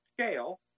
SCALE